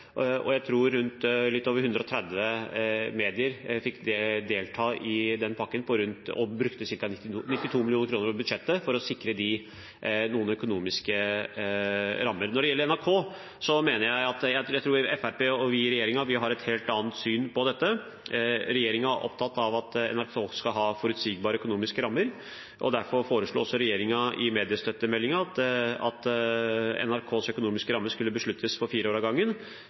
budsjettet for å sikre dem noen økonomiske rammer. Når det gjelder NRK, tror jeg Fremskrittspartiet har et helt annet syn på dette enn regjeringen. Regjeringen er opptatt av at NRK skal ha forutsigbare økonomiske rammer. Derfor foreslo også regjeringen i mediestøttemeldingen at NRKs økonomiske ramme skulle besluttes for fire år om gangen.